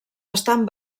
estan